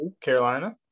Carolina